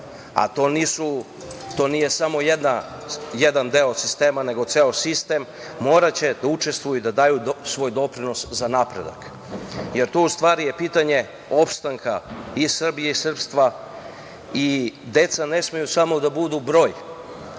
to nije samo jedan deo sistema, nego ceo sistem, morati da učestvuju i da daju svoj doprinos za napredak, jer to je u stvari pitanje opstanka i Srbije i srpstva. Deca ne smeju samo da budu broj,